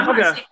Okay